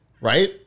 Right